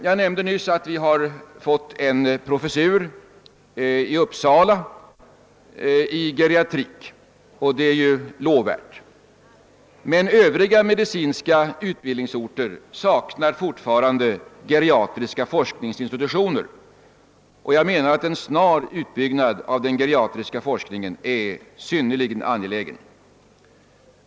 Jag nämnde nyss att det har inrättats en professur i geriatrik i Uppsala, och det är ju lovvärt, men övriga medicinska utbildningsorter saknar fortfarande geriatriska forskningsinstitutioner. Jag menar att en snar utbyggnad av den geriatriska forskningen är synnerligen angelägen.